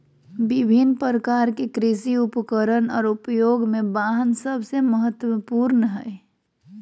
विभिन्न प्रकार के कृषि उपकरण और उपयोग में वाहन सबसे महत्वपूर्ण हइ